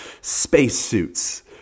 spacesuits